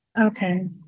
Okay